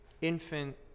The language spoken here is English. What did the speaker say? infant